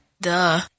Duh